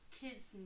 Kids